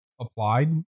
applied